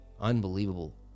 Unbelievable